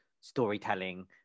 storytelling